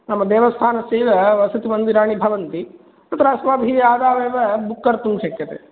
नाम देवस्थानस्यैव वसतिमन्दिराणि भवन्ति तत्र अस्माभिः आदावेव बुक् कर्तुं शक्यते